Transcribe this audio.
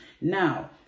Now